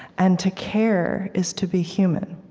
and to care is to be human.